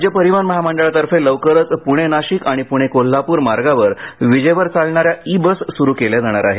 राज्य परिवहन महामंडळातर्फे लवकरच पूणे नाशिक आणि पूणे कोल्हापूर मार्गावर विजेवर चालणाऱ्या ई बस सुरु केल्या जाणार आहेत